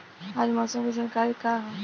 आज मौसम के जानकारी का ह?